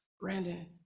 Brandon